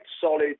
solid